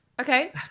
Okay